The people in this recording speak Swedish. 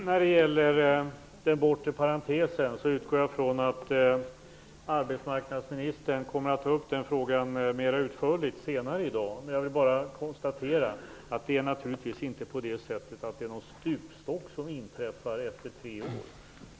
Herr talman! Jag utgår från att arbetsmarknadsministern kommer att ta upp frågan om den bortre parentesen och diskutera den mer utförligt senare i dag. Jag vill bara konstatera att det naturligtvis inte är någon stupstock som inträffar efter tre år.